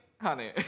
Honey